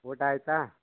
ಊಟ ಆಯಿತಾ